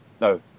no